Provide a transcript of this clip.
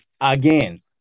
again